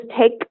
take